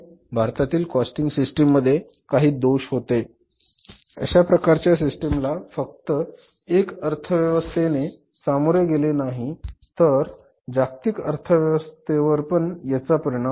भारतामधील costing system मध्ये काही दोष होते अशा प्रकारच्या सिस्टीम ला फक्त एका अर्थव्यवस्थेने सामोरे गेले नाही तर जागतिक अर्थव्यवस्थेवर पण याचा परिणाम होता